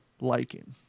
liking